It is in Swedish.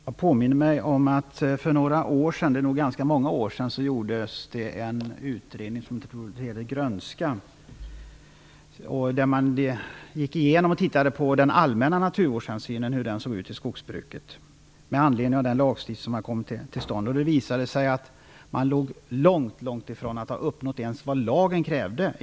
Fru talman! Jag påminner mig om att det för ganska många år sedan gjordes en utredning som gällde grönskan. Man gick igenom de allmänna naturvårdshänsynen i skogsbruket med anledning av den lagstiftning som hade kommit till stånd. Det visade sig att skogsbrukarna långt ifrån uppnått ens det som lagen krävde.